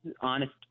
honest